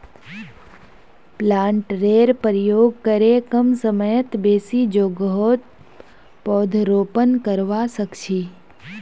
प्लांटरेर प्रयोग करे कम समयत बेसी जोगहत पौधरोपण करवा सख छी